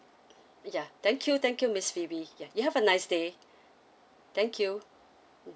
ya thank you thank you miss phoebe ya you have a nice day thank you mm